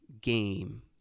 game